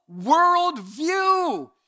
worldview